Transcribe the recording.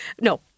No